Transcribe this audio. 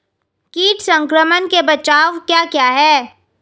कीट संक्रमण के बचाव क्या क्या हैं?